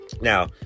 Now